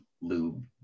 lube